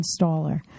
installer